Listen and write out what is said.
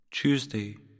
Tuesday